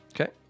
Okay